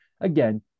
Again